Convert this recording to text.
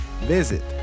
visit